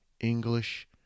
English